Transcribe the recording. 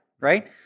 right